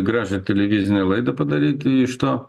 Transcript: gražią televizinę laidą padaryti iš to